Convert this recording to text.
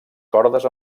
cordes